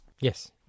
Yes